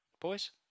Boys